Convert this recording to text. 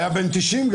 היה גם בן 90,